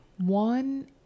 One